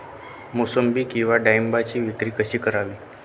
मोसंबी किंवा डाळिंबाची विक्री कशी करावी?